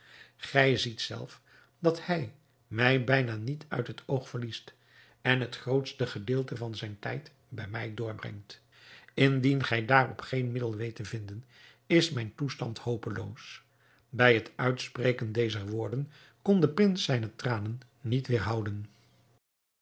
gij ziet zelf dat hij mij bijna niet uit het oog verliest en het grootste gedeelte van zijn tijd bij mij doorbrengt indien gij daarop geen middel weet te vinden is mijn toestand hopeloos bij het uitspreken dezer woorden kon de prins zijne tranen niet weêrhouden